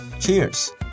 Cheers